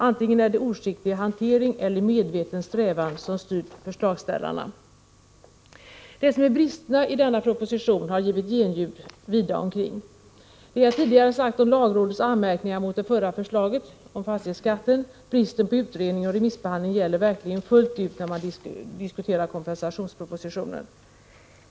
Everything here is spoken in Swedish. Antingen är det oskicklig hantering eller medveten strävan som styrt förslagsställarna. Det som är bristerna i denna proposition har givit genljud vida omkring. Det jag tidigare sade om lagrådets anmärkningar mot det förra förslaget, bristen på utredning och remissbehandling gäller verkligen fullt ut även i fråga om kompensationspropositionen.